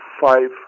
five